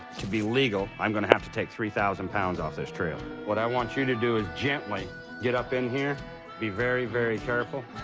to be legal, i'm gonna have to take three thousand pounds off this trailer. what i want you to do is gently get up in here be very, very careful